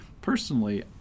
Personally